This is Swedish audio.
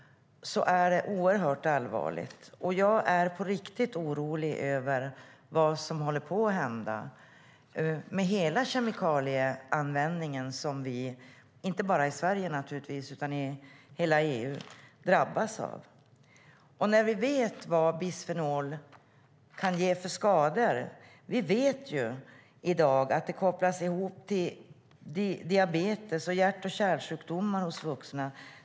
Jag är på riktigt oroad över vad som håller på att hända och över den kemikalieanvändning som vi, naturligtvis inte bara i Sverige utan i hela EU, drabbas av. Vi vet vad bisfenol A kan ge för skador. Vi vet att det kopplas ihop med diabetes och hjärt och kärlsjukdomar hos vuxna.